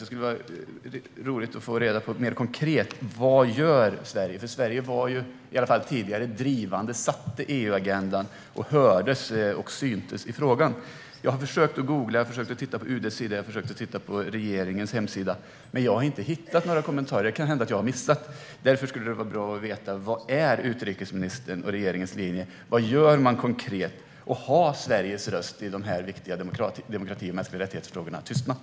Det skulle vara roligt att få reda på vad Sverige gör mer konkret, för Sverige var ju i alla fall drivande i att sätta EU-agendan, och vi hördes och syntes i frågan. Jag har försökt att googla, och jag har tittat på UD:s hemsida liksom på regeringens hemsida, men jag har inte hittat några kommentarer. Det kan hända att jag har missat något, och därför skulle det vara bra att veta vad som är utrikesministerns och regeringens linje. Vad gör man konkret? Har Sveriges röst i de här viktiga frågorna om demokrati och mänskliga rättigheter tystnat?